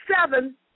seven